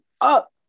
up